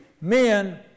Men